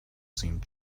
seemed